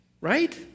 right